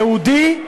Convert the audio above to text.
יהודי,